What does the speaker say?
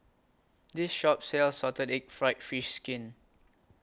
This Shop sells Salted Egg Fried Fish Skin